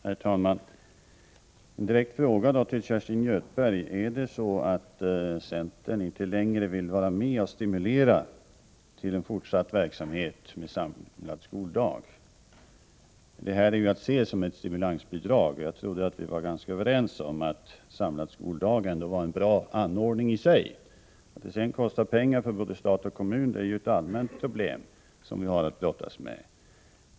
Herr talman! Jag ställer en direkt fråga till Kerstin Göthberg: Vill inte centern längre vara med och stimulera en fortsatt verksamhet med samlad skoldag? Bidraget är ju att se som ett stimulansbidrag, och jag trodde att vi var ganska överens om att den samlade skoldagen i sig ändå var en bra ordning. Att den sedan kostar pengar för både stat och kommun är ett allmänt problem som vi har att brottas med.